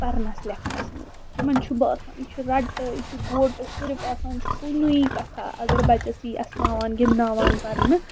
پرنس لیکھنس منٛز تِمن چھُ باسان یہِ چھُ رٹہٕ یہِ چھُ گوٹہٕ صِرف آسان چھُ کُنُے کتھاہ اگر بچس یی اَسناوان گِنٛدناوان پرنہٕ